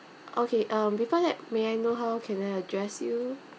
okay um before that may I know how can I address you